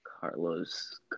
Carlos